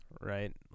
right